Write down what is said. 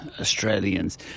Australians